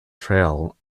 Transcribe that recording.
trail